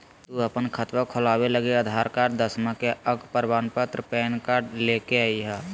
तू अपन खतवा खोलवे लागी आधार कार्ड, दसवां के अक प्रमाण पत्र, पैन कार्ड ले के अइह